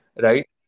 right